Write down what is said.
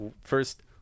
first